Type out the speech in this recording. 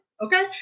Okay